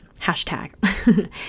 hashtag